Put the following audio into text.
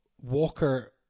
Walker